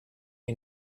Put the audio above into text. you